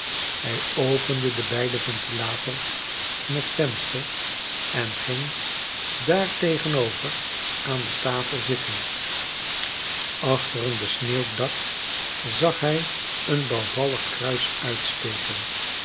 hij opende de beide ventilators in het venster en ging daartegenover aan de tafel zitten achter een besneeuwd dak zag hij een bouwvallig kruis uitsteken